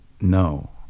No